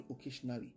occasionally